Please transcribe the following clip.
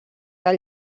del